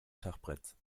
schachbretts